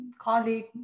colleague